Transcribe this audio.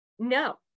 No